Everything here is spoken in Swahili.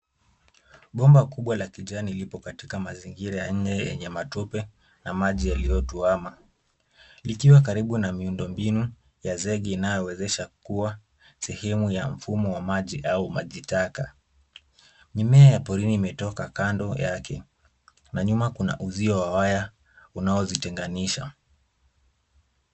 Bomba kubwa la kijani lipo katika mazingira ya nje yenye matope na maji yaliyotuama. Likiwa karibu na miundombinu ya zege inayoweza kuwa sehemu ya mfumo wa maji au majitaka. Mimea ya porini imetoka kando yake na nyuma kuna uzio wa waya unao zitenganisha.